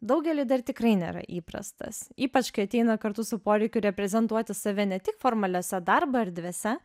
daugeliui dar tikrai nėra įprastas ypač kai ateina kartu su poreikiu reprezentuoti save ne tik formaliose darbo erdvėse